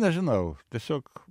nežinau tiesiog